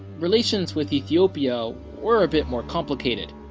relations with ethiopia were a bit more complicated.